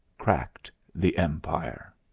cracked the empire.